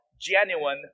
genuine